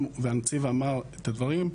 והנציב אמר את הדברים,